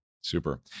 Super